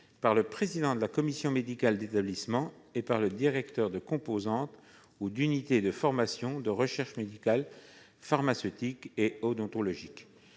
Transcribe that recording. du président de la commission médicale d'établissement et du directeur de composante ou d'unité de formation et de recherche médicale, pharmaceutique et odontologique.